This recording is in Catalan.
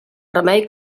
remei